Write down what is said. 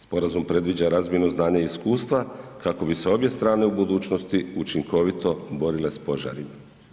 Sporazum predviđa razmjenu znanja i iskustva kako bi se obje strane u budućnosti učinkovito borile s požarima.